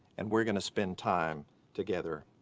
and we're gonna spend time together.